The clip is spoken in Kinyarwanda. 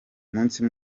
umunsi